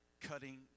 cutting